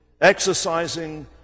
exercising